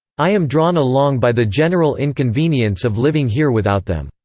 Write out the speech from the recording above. i am drawn along by the general inconvenience of living here without them.